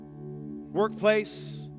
workplace